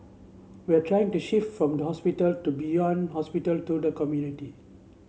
we are trying to shift from the hospital to beyond hospital to the community